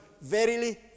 verily